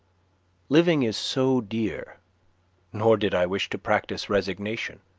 living is so dear nor did i wish to practise resignation,